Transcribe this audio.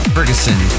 Ferguson